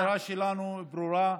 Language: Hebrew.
המטרה שלנו ברורה,